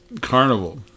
carnival